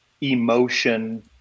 emotion